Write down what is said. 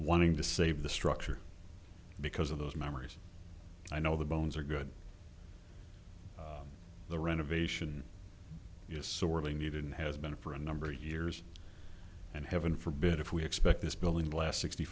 wanting to save the structure because of those memories i know the bones are good the renovation is sorely needed and has been for a number of years and heaven forbid if we expect this building last sixty